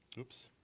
oops.